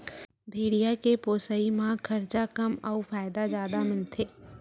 भेड़िया के पोसई म खरचा कम अउ फायदा जादा मिलथे